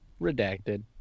redacted